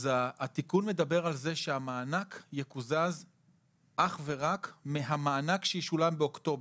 התיקון מדבר על זה שהמענק יקוזז אך ורק מהמענק שישולם באוקטובר.